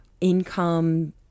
income